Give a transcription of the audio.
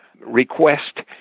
request